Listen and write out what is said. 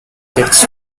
gets